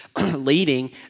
leading